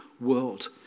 world